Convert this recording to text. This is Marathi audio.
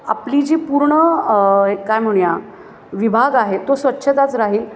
आपली जी पूर्ण काय म्हणू या विभाग आहे तो स्वच्छताच राहील